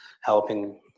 helping